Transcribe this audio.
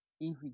easy